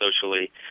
socially